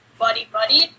buddy-buddy